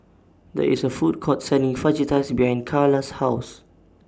There IS A Food Court Selling Fajitas behind Carla's House